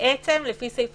לפי סעיף